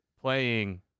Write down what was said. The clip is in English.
playing